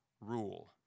rule